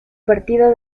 partido